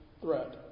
threat